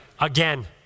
Again